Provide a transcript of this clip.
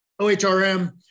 OHRM